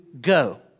go